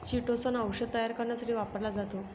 chitosan औषध तयार करण्यासाठी वापरला जातो